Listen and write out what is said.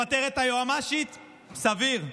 לפטר את היועמ"שית, סביר,